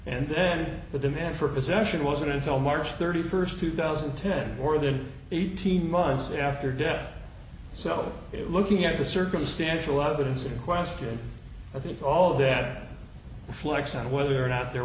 and then the demand for possession wasn't until march thirty first two thousand and ten or than eighteen months after death so it looking at the circumstantial evidence in question i think all that reflects on whether or not there